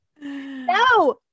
no